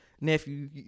Nephew